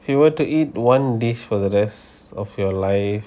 you want to eat one dish for the rest of your life